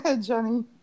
Johnny